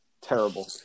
Terrible